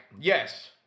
yes